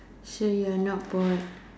so you are not bored